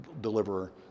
deliverer